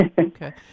Okay